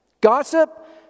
Gossip